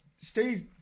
Steve